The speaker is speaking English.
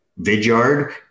Vidyard